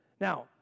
Now